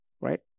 right